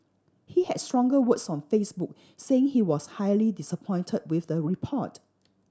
he had stronger words on Facebook saying he was highly disappointed with the report